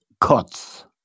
cuts